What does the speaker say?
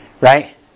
right